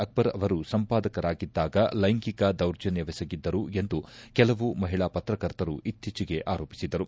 ಅಕ್ಲರ್ ಅವರು ಸಂಪಾದಕರಾಗಿದ್ದಾಗ ಲೈಂಗಿಕ ದೌರ್ಜನ್ಯವೆಸಗಿದ್ದರು ಎಂದು ಕೆಲವು ಮಹಿಳಾ ಪ್ರಕರ್ತರು ಇತ್ತೀಚೆಗೆ ಆರೋಪಿಸಿದರು